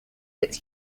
its